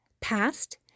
past